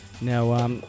Now